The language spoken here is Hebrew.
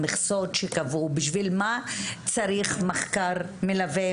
בשביל מה צריך מחקר מלווה,